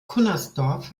cunnersdorf